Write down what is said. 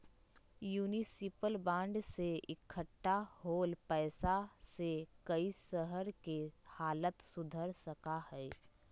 municipal bond से इक्कठा होल पैसा से कई शहर के हालत सुधर सका हई